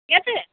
ঠিক আছে